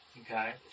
Okay